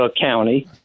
County